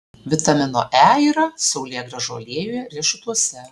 vitamino e yra saulėgrąžų aliejuje riešutuose